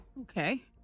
okay